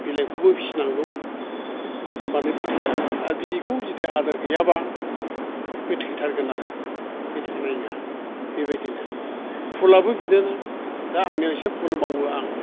बिलायखौबो फिनांगौ होमबानो बि थैया आरो आर बेखौ जुदि आदर गैयाबा बे थैथारगोन आरो बे थानाय नङा बेबायदिनो फुलआबो बिदिनो दा आंनियाव एसे फुल मावो आं